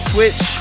Twitch